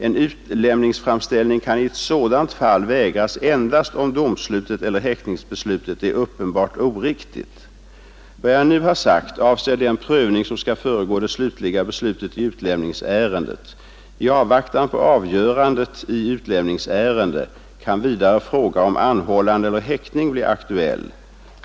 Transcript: En utlämningsframställning kan i ett sådant fall vägras endast om domslutet eller häktningsbeslutet är uppenbart oriktigt. Vad jag nu har sagt avser den prövning som skall föregå det slutliga beslutet i utlämningsärendet. I avvaktan på avgörandet i utlämningsärende kan vidare fråga om anhållande eller häktning bli aktuell.